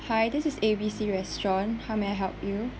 hi this is A B C restaurant how may I help you